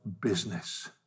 business